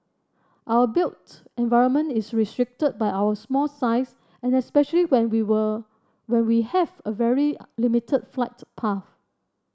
our built environment is restricted by our small size and especially when we were when we have a very limited flight path